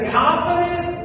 confident